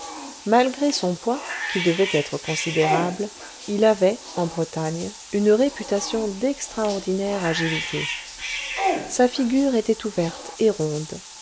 malgré son poids qui devait être considérable il avait en bretagne une réputation d'extraordinaire agilité sa figure était ouverte et ronde